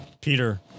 Peter